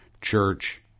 Church